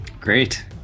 Great